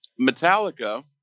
Metallica